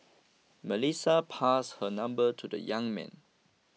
Melissa pass her number to the young man